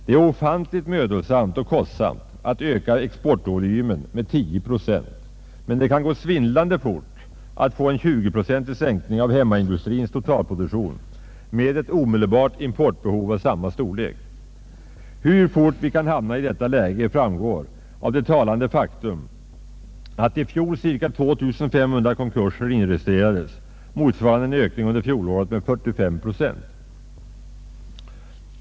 Det är ofantligt mödosamt och kostsamt att öka exportvolymen med 10 procent, men det kan gå svindlande fort att få en 20-procentig sänkning av hemmaindustrins totalproduktion med ett omedelbart importbehov av samma storlek. Hur fort vi kan hamna i detta läge framgår av det talande faktum att i fjol ca 2 500 konkurser inregistrerades, motsvarande en ökning under fjolåret med 45 procent.